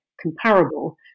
comparable